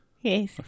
Yes